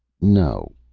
no.